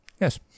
yes